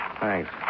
Thanks